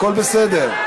הכול בסדר.